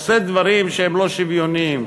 עושה דברים שהם לא שוויוניים.